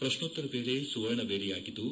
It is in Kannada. ಪ್ರಶ್ನೋತ್ತರ ವೇಳೆ ಸುವರ್ಣ ವೇಳೆಯಾಗಿದ್ದು